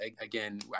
Again